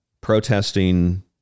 protesting